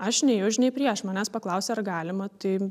aš nei už nei prieš manęs paklausė ar galima tai